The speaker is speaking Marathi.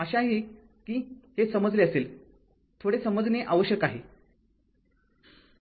आशा आहे हे समजले असेल थोडे समजणे आवश्यक आहे